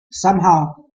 somehow